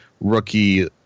rookie